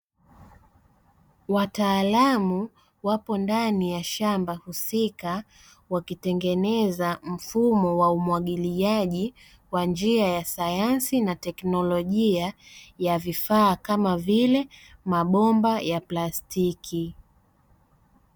Wataalamu wapo ndani ya shamba husika, wakitengeneza mfumo wa umwagiliaji kwa njia ya sayansi na teknolojia ya vifaa, kama vile mabomba ya plastiki.